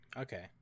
okay